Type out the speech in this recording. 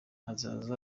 azaza